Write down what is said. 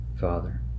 Father